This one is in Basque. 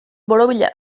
borobila